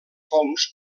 fongs